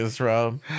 Rob